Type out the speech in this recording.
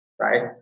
Right